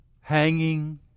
hanging